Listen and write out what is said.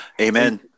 amen